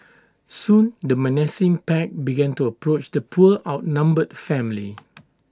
soon the menacing pack began to approach the poor outnumbered family